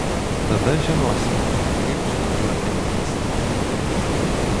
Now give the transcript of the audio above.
tada žinosi kaip su kuriuo elgtis šnekėti